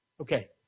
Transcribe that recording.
Okay